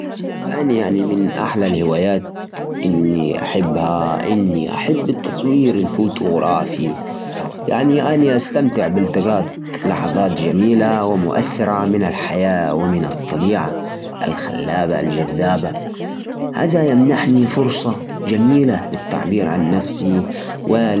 هوايتي المفضلة هي القراءة. استمتع بها لأنها تأخذني لعوالم مختلفة وتعلمني أشياء جديدة. كل كتاب يفتح لي أبواب جديدة من الأفكار والشعور. كمان أحب أستمتع بالهدوء اللي توفر القراءة. فهي تساعدني على